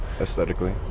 Aesthetically